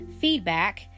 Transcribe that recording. feedback